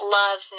love